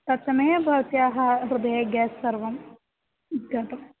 तत्समये भवत्याः हृदयात् गेस् सर्वम् गतम्